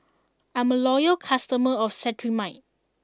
I'm a loyal customer of Cetrimide